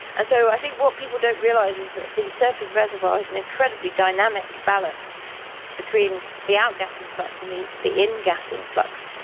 and so i think what people don't realise is that the surface reservoir is an incredibly dynamic balance between the outgassing flux and the the ingassing flux,